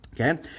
Okay